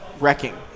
wrecking